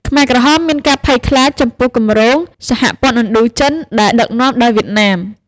ខ្មែរក្រហមមានការភ័យខ្លាចចំពោះគម្រោង «សហព័ន្ធឥណ្ឌូចិន» ដែលដឹកនាំដោយវៀតណាម។